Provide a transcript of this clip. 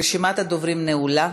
רשימת הדוברים נעולה.